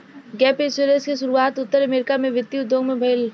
gap insurance के शुरुआत उत्तर अमेरिका के वित्तीय उद्योग में भईल